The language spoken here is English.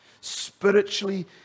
spiritually